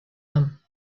them